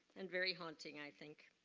and very haunting i think.